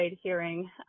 hearing